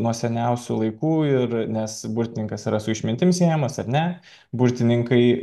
nuo seniausių laikų ir nes burtininkas yra su išmintim siejamas ar ne burtininkai